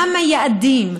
מה מייעדים?